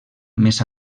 més